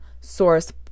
source